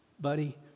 buddy